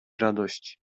radości